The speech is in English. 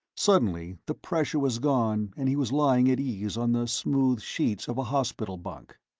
suddenly the pressure was gone and he was lying at ease on the smooth sheets of a hospital bunk.